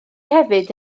hefyd